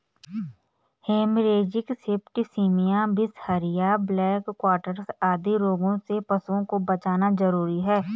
haemorrhagic septicaemia, बिसहरिया, black quarters आदि रोगों से पशुओं को बचाना जरूरी है